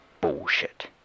bullshit